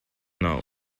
know